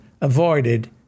avoided